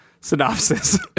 synopsis